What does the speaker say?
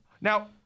Now